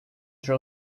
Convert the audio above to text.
throw